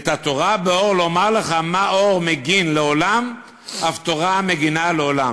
ואת התורה באור לומר לך מה אור מגין לעולם אף תורה מגינה לעולם".